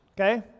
okay